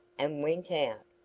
and went out,